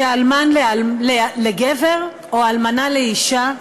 שהאלמן הוא לגבר או האלמנה לאישה,